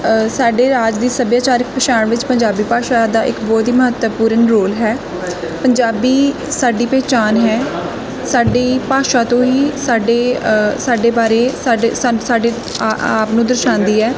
ਸਾਡੇ ਰਾਜ ਦੀ ਸੱਭਿਆਚਾਰਕ ਪਛਾਣ ਵਿੱਚ ਪੰਜਾਬੀ ਭਾਸ਼ਾ ਦਾ ਇੱਕ ਬਹੁਤ ਹੀ ਮਹੱਤਵਪੂਰਨ ਰੋਲ ਹੈ ਪੰਜਾਬੀ ਸਾਡੀ ਪਹਿਚਾਣ ਹੈ ਸਾਡੀ ਭਾਸ਼ਾ ਤੋਂ ਹੀ ਸਾਡੇ ਸਾਡੇ ਬਾਰੇ ਸਾਡੇ ਆ ਆਪ ਨੂੰ ਦਰਸਾਉਂਦੀ ਹੈ